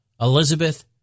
Elizabeth